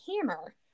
hammer